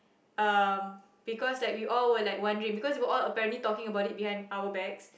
um because like we all were like wondering because you were all apparently talking about it behind our backs